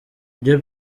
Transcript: byo